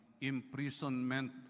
imprisonment